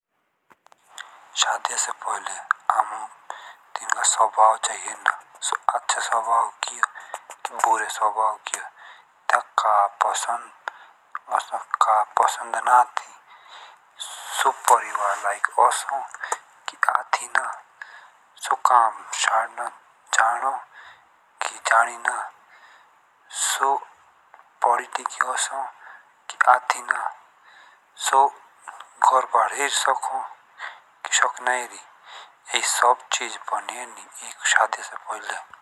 शादीया से पहिले अमुक तिनका स्वभाव चाहिये हेरना। अच्छे स्वभाव की है बुरे स्वभाव की। अनिन्टेलिजिबल का पसंद का पसंद न आती सो परिवार लाईक ओसो की आतीना। काम जानों की जानी सो पड़ी लिखी ओसो की आतीना सो घरबार हेरसोको की सोकिना हेरि ए सब चीज़ पढनी हेरनी शादीया से पहिले।